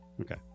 Okay